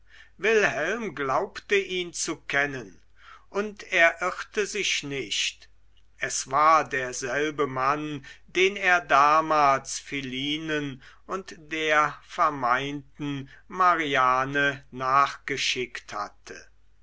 wilhelm glaubte ihn zu kennen und er irrte sich nicht es war derselbe mann den er damals philinen und der vermeinten mariane nachgeschickt hatte